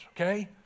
okay